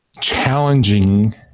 challenging